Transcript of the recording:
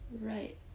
Right